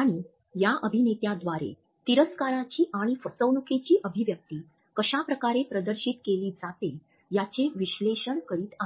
आणि या अभिनेत्याद्वारे तिरस्काराची आणि फसवणूकीची अभिव्यक्ती कश्याप्रकारे प्रदर्शित केली जाते याचे विश्लेषण करीत आहे